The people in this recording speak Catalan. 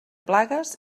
plagues